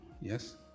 yes